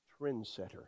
trendsetter